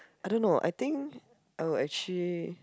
I don't know I think I would actually